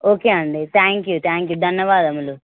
okay అండి thank you thank you ధన్యవాదములు